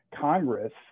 Congress